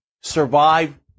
survive